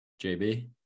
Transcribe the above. JB